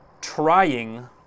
trying